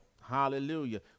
hallelujah